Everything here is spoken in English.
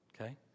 Okay